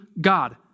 God